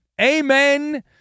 Amen